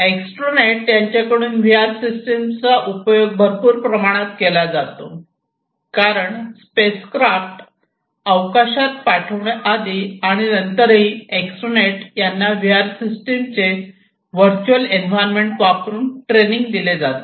astronauts यांच्याकडून V R system चा उपयोग भरपूर प्रमाणात केला जातो कारण स्पेसक्राफ्ट अवकाशात पाठवण्या आधी आणि नंतरही एस्ट्रोनेट्स यांना व्ही आर सिस्टम चे व्हर्च्युअल एन्व्हायरमेंट वापरून ट्रेनिंग दिले जाते